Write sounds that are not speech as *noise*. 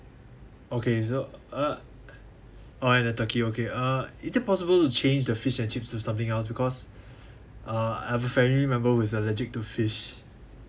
okay so uh oh and the turkey okay uh is it possible to change the fish and chips to something else because *breath* uh I've a family member who's allergic to fish